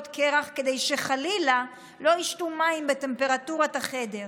קרח כדי שחלילה לא ישתו מים בטמפרטורת החדר.